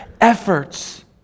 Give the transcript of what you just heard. efforts